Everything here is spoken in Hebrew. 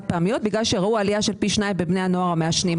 פעמיות בגלל שראו עלייה של פי שניים בבני הנוער המעשנים.